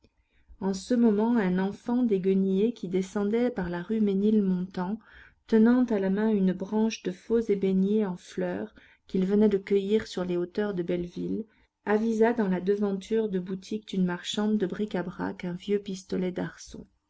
en ce moment un enfant déguenillé qui descendait par la rue ménilmontant tenant à la main une branche de faux ébénier en fleur qu'il venait de cueillir sur les hauteurs de belleville avisa dans la devanture de boutique d'une marchande de bric-à-brac un vieux pistolet